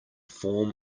form